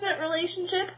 relationship